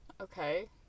Okay